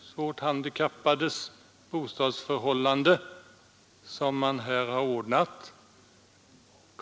svårt handikappades bostadsförhållanden har man ordnat.